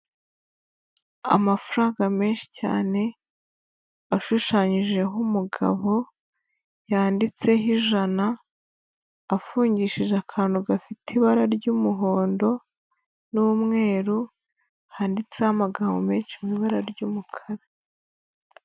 Amafaranga menshi cyane, ashushanyijeho umugabo, yanditseho ijana, afungishije akantu gafite ibara ry'umuhondo n'umweru, handitseho amagambo menshi mu ibara ry'umukara.